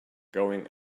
going